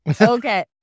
Okay